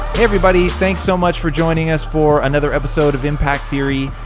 everybody. thanks so much for joining us for another episode of impact theory.